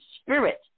spirit